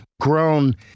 Grown